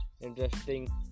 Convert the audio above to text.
interesting